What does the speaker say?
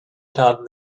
got